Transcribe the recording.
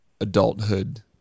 adulthood